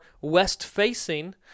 west-facing